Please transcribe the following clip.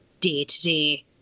day-to-day